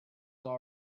all